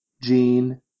Jean